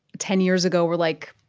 ten years ago, were like,